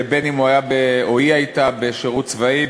בין שהוא היה או שהיא הייתה בשירות צבאי,